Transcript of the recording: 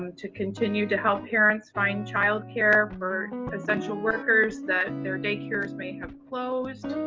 to continue to help parents find child care for essential workers that their daycares may have closed.